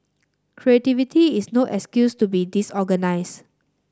creativity is no excuse to be disorganised